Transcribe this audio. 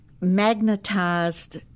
magnetized